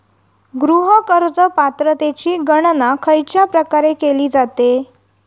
गृह कर्ज पात्रतेची गणना खयच्या प्रकारे केली जाते?